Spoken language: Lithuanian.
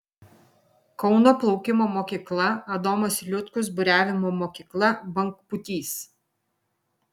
kauno plaukimo mokykla adomas liutkus buriavimo mokykla bangpūtys